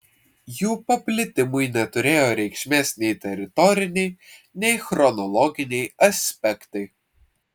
jų paplitimui neturėjo reikšmės nei teritoriniai nei chronologiniai aspektai